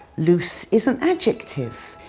loose is an adjective.